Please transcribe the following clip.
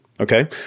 Okay